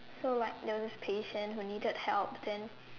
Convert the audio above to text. so like there is this patient who needed help then